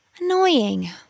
Annoying